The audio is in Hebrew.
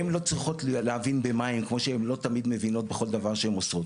הן לא צריכות להבין במה הן כמו שהן לא תמיד מבינות בכל דבר שהן מוסרות,